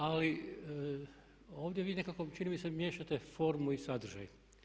Ali ovdje vi nekako čini mi se miješate formu i sadržaj.